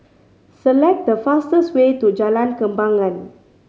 select the fastest way to Jalan Kembangan